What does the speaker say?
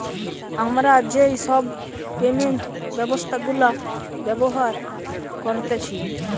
আমরা যেই সব পেমেন্ট ব্যবস্থা গুলা ব্যবহার করতেছি